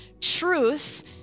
truth